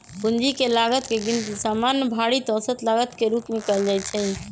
पूंजी के लागत के गिनती सामान्य भारित औसत लागत के रूप में कयल जाइ छइ